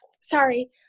sorry